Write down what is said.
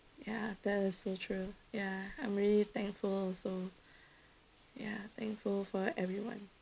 ya that is so true ya I'm really thankful also ya thankful for everyone